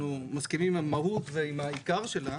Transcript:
אנחנו מסכימים עם המהות ועם העיקר שלה.